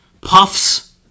Puffs